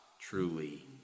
truly